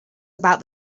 about